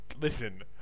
Listen